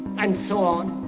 and so on.